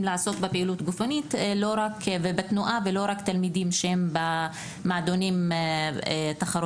לעסוק בפעילות גופנית ובתנועה ולא רק לתלמידים שהם במועדונים תחרותיים.